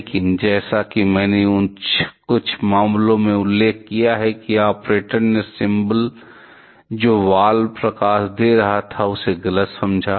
लेकिन जैसा कि मैंने कुछ मामलों में उल्लेख किया है कि ऑपरेटर ने सिंबल जो वाल्व प्रकाश दे रहा था उसे गलत समझा